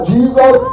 Jesus